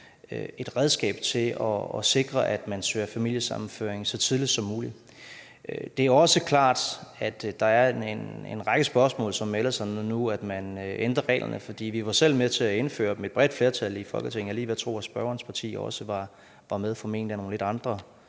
et redskab til at sikre, at man søger familiesammenføring så tidligt som muligt. Det er også klart, at der er en række spørgsmål, som melder sig, når nu man ændrer reglerne, for vi var selv – der var et bredt flertal i Folketinget – med til at indføre dem, og jeg er lige ved at